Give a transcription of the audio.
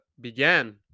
began